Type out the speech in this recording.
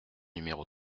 numéro